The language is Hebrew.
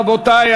רבותי,